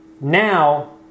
Now